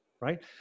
right